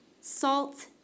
salt